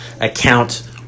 account